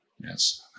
Yes